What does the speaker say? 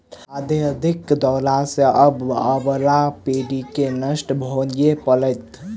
अत्यधिक दोहन सँ आबअबला पीढ़ी के कष्ट भोगय पड़तै